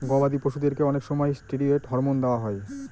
গবাদি পশুদেরকে অনেক সময় ষ্টিরয়েড হরমোন দেওয়া হয়